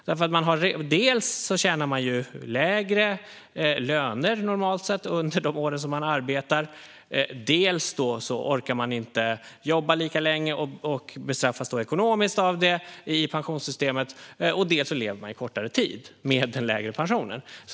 Dels har man normalt sett lägre löner under de år som man arbetar, dels orkar man inte jobba lika länge och bestraffas ekonomiskt i pensionssystemet och dels lever man kortare tid med den lägre pensionen.